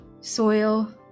soil